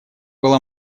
была